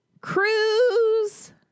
cruise